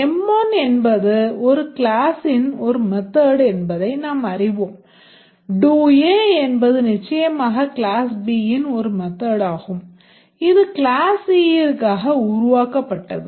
M1 என்பது ஒரு classன் ஒரு method என்பதை நாம் அறிவோம் doA என்பது நிச்சயமாக class Bன் ஒரு method ஆகும் இது class Cயிற்காக உருவாக்கப்பட்டது